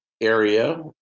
area